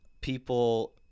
people